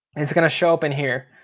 it's gonna show up in here.